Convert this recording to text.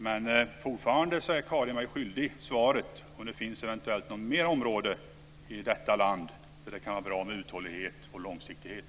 Men fortfarande är Karin Falkmer skyldig mig svaret på om det eventuellt finns något mer område i detta land där det kan vara bra med uthållighet och långsiktighet.